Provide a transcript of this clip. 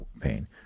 pain